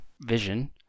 vision